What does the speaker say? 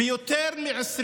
ביותר מ-20